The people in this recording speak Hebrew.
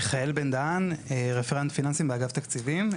מיכאל בן דהן, רפרנט פיננסים באגף תקציבים.